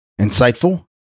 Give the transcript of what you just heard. insightful